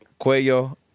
Cuello